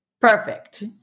Perfect